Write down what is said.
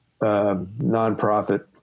nonprofit